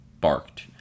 barked